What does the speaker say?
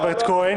חבר הכנסת כהן,